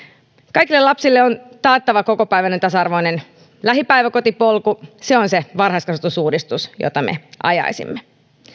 kaikille lapsille on taattava kokopäiväinen tasa arvoinen lähipäiväkotipolku se on se varhaiskasvatusuudistus jota me ajaisimme